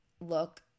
look